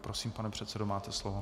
Prosím, pane předsedo, máte slovo.